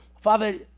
Father